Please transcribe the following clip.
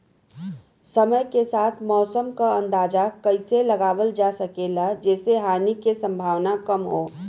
समय के साथ मौसम क अंदाजा कइसे लगावल जा सकेला जेसे हानि के सम्भावना कम हो?